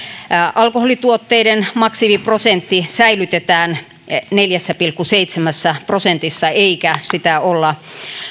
alkoholituotteiden maksimiprosentti säilytetään neljässä pilkku seitsemässä prosentissa eikä sitä olla